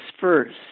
first